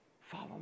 Follow